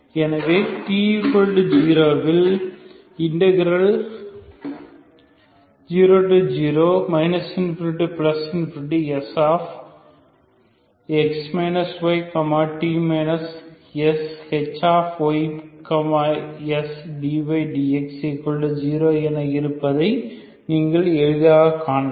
எனவே t 0 இல் integral 00 ∞Sx y t shy sdyds0 என இருப்பதை நீங்கள் எளிதாகக் காணலாம்